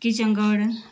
kitchen garden